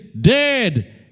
dead